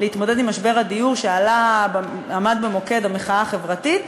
להתמודדות עם משבר הדיור שעמד במוקד המחאה החברתית.